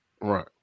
Right